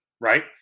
right